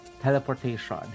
teleportation